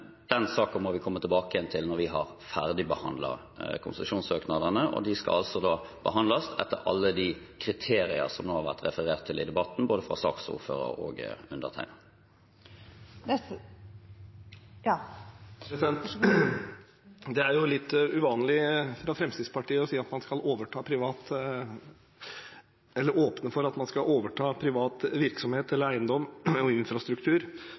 Den saken må vi komme tilbake til når vi har ferdigbehandlet konsesjonssøknadene, og de skal behandles etter alle de kriterier som nå har vært referert til i debatten, både fra saksordføreren og fra undertegnede. Det er litt uvanlig fra Fremskrittspartiets side å si at man skal åpne for å overta privat virksomhet, eiendom eller infrastruktur, slik man